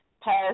past